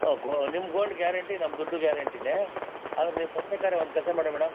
ಹಾಂ ಗೋ ನಿಮ್ಮ ಗೋಲ್ಡ್ ಗ್ಯಾರಂಟಿ ನಮ್ಮ ದುಡ್ಡೂ ಗ್ಯಾರಂಟಿಯೇ ಆದರೆ ನೀವು ಬರ್ಬೇಕಾದ್ರೆ ಒಂದು ಕೆಲಸ ಮಾಡಿ ಮೇಡಮ್